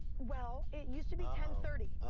well, it used to be ten thirty.